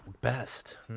Best